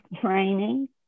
training